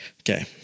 Okay